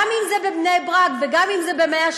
גם אם זה בבני-ברק וגם אם זה במאה-שערים.